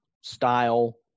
style